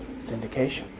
syndication